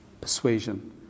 persuasion